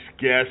guest